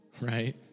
right